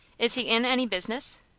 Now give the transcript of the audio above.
is he in any business?